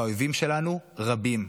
והאויבים שלנו רבים.